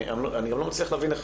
אני גם לא מצליח להבין איך